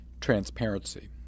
transparency